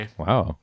Wow